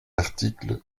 article